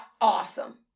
awesome